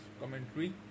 commentary